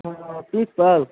ہاں پرنسپل